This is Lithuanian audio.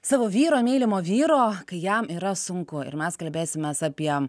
savo vyro mylimo vyro kai jam yra sunku ir mes kalbėsimės apie